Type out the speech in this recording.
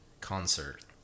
concert